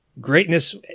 Greatness